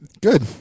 Good